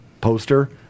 poster